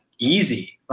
easy